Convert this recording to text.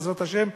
בעזרת השם.